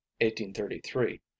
1833